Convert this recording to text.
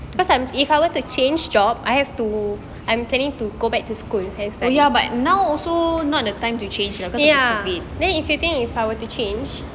oh ya but now also not the time to change cause of COVID